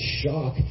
shock